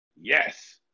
Yes